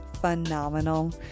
phenomenal